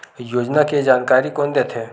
योजना के जानकारी कोन दे थे?